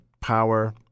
power